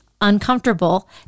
uncomfortable